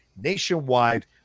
nationwide